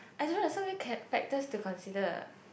I don't know there's so many ca~ factors to consider